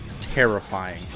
terrifying